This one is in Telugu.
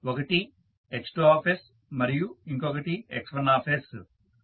ఒకటి X2మరియు ఇంకొకటి X1